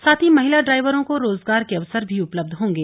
साथ ही महिला ड्राइवरों को रोजगार के अवसर भी उपलब्ध होंगे